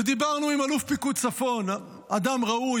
ודיברנו עם אלוף פיקוד צפון, אדם ראוי.